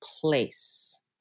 place